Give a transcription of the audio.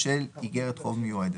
במשך 60 חודשים,